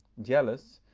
jealous,